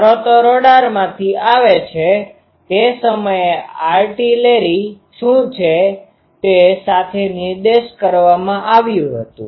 શરતો રડારમાંથી આ આવે છે તે સમયે આર્ટિલેરી શું છે તે સાથે નિર્દેશ કરવામાં આવ્યું હતું